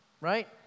right